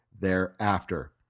thereafter